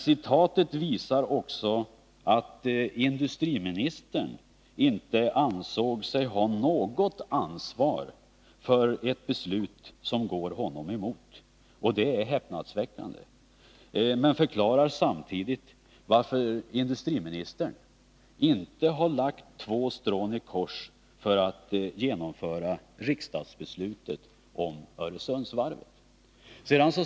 Citatet visar också att industriministern inte ansåg sig ha något ansvar för ett beslut som gått honom emot. Det är häpnadsväckande, men det förklarar samtidigt varför industriministern inte har lagt två strån i kors för att genomföra riksdagsbeslutet om Öresundsvarvet.